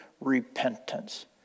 repentance